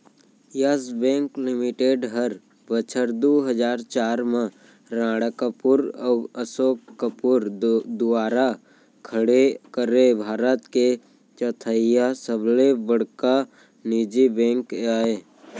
yes Bank Limited हर बछर दू हजार चार म राणा कपूर अउ असोक कपूर दुवारा खड़े करे भारत के चैथइया सबले बड़का निजी बेंक अय